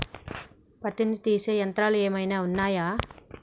పత్తిని తీసే యంత్రాలు ఏమైనా ఉన్నయా?